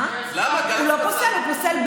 הוא לא פוסל.